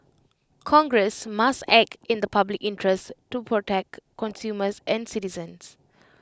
congress must act in the public interest to protect consumers and citizens